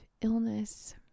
illness